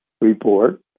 report